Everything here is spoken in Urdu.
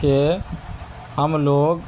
کہ ہم لوگ